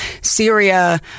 Syria